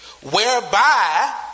Whereby